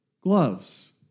gloves